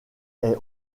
est